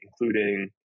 including